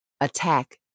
Attack